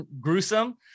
gruesome